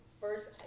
first